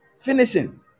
finishing